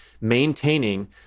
maintaining